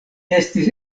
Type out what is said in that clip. estis